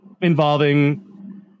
involving